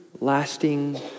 lasting